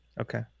Okay